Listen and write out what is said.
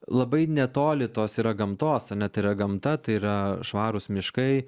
labai netoli tos yra gamtos ane tai yra gamta tai yra švarūs miškai